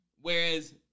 Whereas